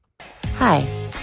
hi